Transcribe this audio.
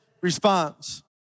response